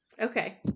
Okay